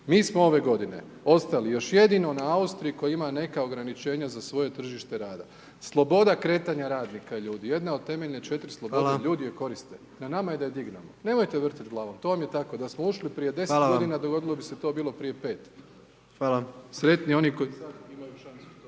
Mi smo ove godine, ostali još jedino na Austriji koja ima neka ograničenja za svoje tržište rada. Sloboda kretanja radnika, ljudi, jedna od temeljne 4 slobode, ljudi je koriste. Na nama je da .../Govornik se ne razumije./..., nemojte vrtit glavom, to vam je tako, da smo ušli prije 10 godina, dogodilo bi se to bilo prije 5. Sretni oni koji